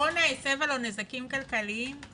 הקורונה הסבה לו נזקים כלכליים.